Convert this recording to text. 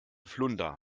flunder